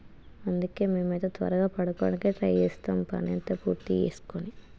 అందుకే మేమైతే త్వరగా పడుకోవడానికే ట్రై చేస్తాం పనంతా పూర్తి చేసుకోని